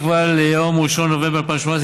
שנקבע ליום 1 בנובמבר 2018,